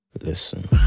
Listen